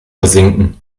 versinken